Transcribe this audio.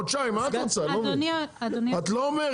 חודשיים מה את רוצה אני לא מבין,